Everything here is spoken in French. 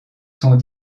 sont